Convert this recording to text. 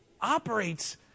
operates